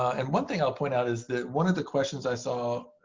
and one thing i'll point out is that one of the questions i saw